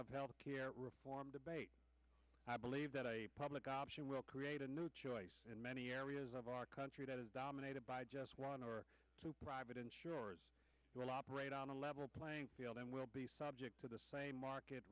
of health care reform debate i believe that a public option will create a new choice in many areas of our country that is dominated by just one or two private insurers who will operate on a level playing field and will be subject to the same market